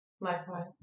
likewise